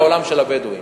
את העולם של הבדואים,